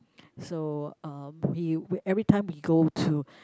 so uh we everytime we go to